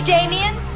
Damien